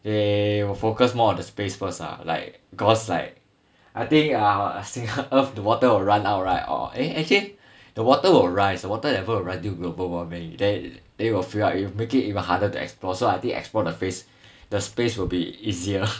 they will focus more on the space first ah like cause like I think our singa~ the earth the water will run out right or eh actually the water will rise the water level will rise due to global warming they they will fill up it will make it even harder to explore so I think explore the face the space will be easier